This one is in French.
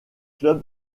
clubs